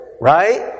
Right